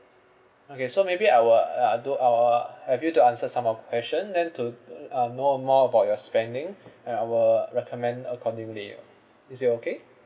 okay so maybe I will uh uh do I will have you to answer some more question then to uh know uh more about your spending and I will recommend accordingly is it okay